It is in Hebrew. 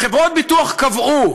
חברות הביטוח קבעו,